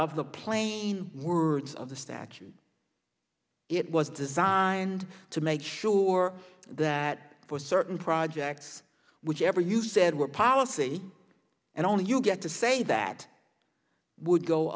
of the plain words of the statute it was designed to make sure that for certain projects which ever you said were powerfully and only you get to say that would go